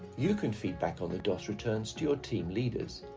you can feedback on the dos returns to your team leaders.